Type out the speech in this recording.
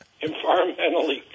environmentally